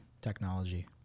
technology